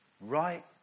Right